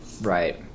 Right